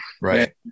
Right